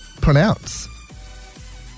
pronounce